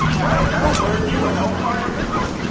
right? that'll earn you a hellfire missile.